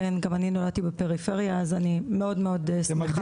כן גם אני נולדתי בפריפריה אז אני מאוד מאוד שמחה על קיום הדיון.